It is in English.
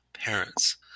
parents